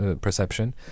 perception